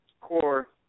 core